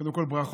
קודם כול ברכות,